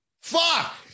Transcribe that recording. Fuck